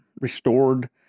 restored